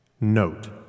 Note